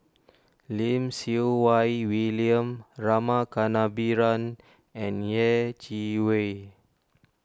Lim Siew Wai William Rama Kannabiran and Yeh Chi Wei